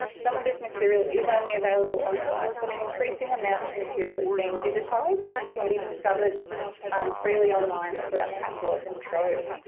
some of this material is only available on site but an increasing amount of material is being digitized and can be discovered freely online through our catalogue and trove.